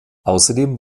außerdem